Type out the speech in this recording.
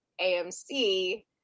amc